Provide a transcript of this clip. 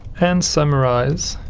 and summarise